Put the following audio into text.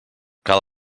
cal